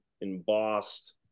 embossed